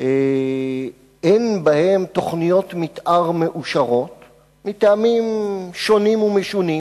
אין בהן תוכניות מיתאר מאושרות מטעמים שונים ומשונים,